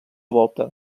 volta